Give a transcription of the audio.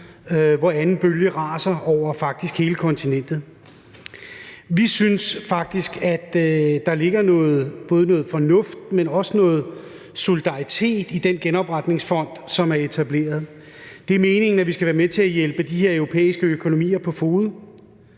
hvor anden bølge raser over faktisk hele kontinentet. Vi synes, at der ligger både noget fornuft, men også noget solidaritet i den genopretningsfond, som er etableret. Det er meningen, at vi skal være med til at hjælpe de her europæiske økonomier på fode,